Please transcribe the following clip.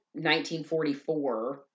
1944